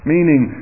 Meaning